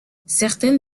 certaines